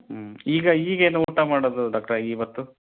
ಹ್ಞೂ ಈಗ ಈಗೇನು ಊಟ ಮಾಡೋದು ಡಾಕ್ಟ್ರೇ ಈವತ್ತು